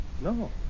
No